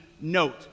note